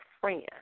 friend